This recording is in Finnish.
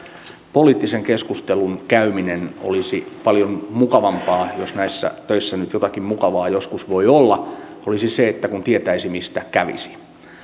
poliittisen keskustelun käyminen olisi paljon mukavampaa jos näissä töissä nyt jotakin mukavaa joskus voi olla kun tietäisi mistä kävisi